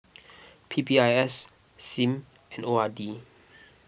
P P I S Sim and O R D